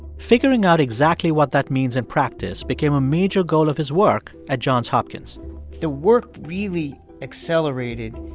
figuring out exactly what that means in practice became a major goal of his work at johns hopkins the work really accelerated